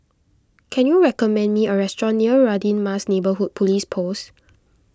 can you recommend me a restaurant near Radin Mas Neighbourhood Police Post